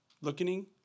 looking